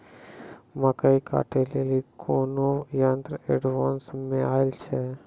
मकई कांटे ले ली कोनो यंत्र एडवांस मे अल छ?